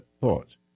thought